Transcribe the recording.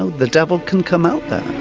the devil can come out there.